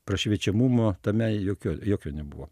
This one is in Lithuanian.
prašviečiamumo tame jokio jokio nebuvo